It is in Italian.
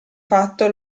fatto